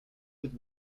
with